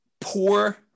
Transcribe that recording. poor